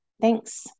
thanks